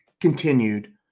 continued